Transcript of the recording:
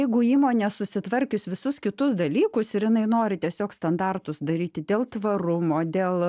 jeigu įmonė susitvarkius visus kitus dalykus ir jinai nori tiesiog standartus daryti dėl tvarumo dėl